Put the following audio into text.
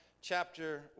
chapter